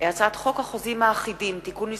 החוזים האחידים (תיקון מס'